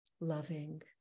loving